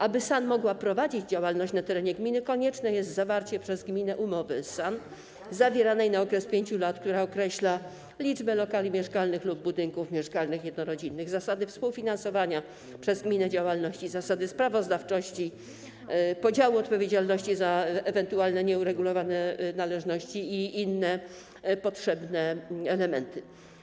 Aby SAN mogła prowadzić działalność na terenie gminy, konieczne jest zawarcie przez gminę umowy z SAN zawieranej na okres 5 lat, która określa liczbę lokali mieszkalnych lub budynków mieszkalnych jednorodzinnych, zasady współfinansowania przez gminę działalności, zasady sprawozdawczości, podziału odpowiedzialności za ewentualne nieuregulowane należności i inne potrzebne elementy.